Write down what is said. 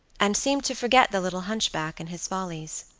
and seemed to forget the little hunchback and his follies.